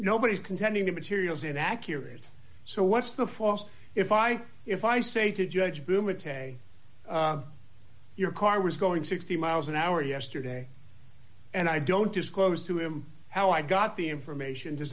nobody's contending the materials inaccurate so what's the false if i if i say to judge whom attack a your car was going sixty miles an hour yesterday and i don't disclose to him how i got the information does